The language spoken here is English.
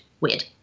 Weird